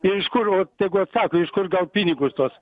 ir iš kur va tegu atsako iš kur gaut pinigus tuos